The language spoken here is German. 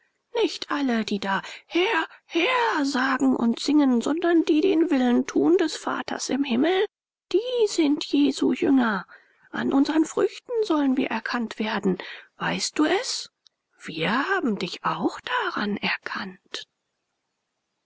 nicht alle die da herr herr sagen und singen sondern die den willen tun des vaters im himmel die sind jesu jünger an unsern früchten sollen wir erkannt werden weißt du es wir haben dich auch daran erkannt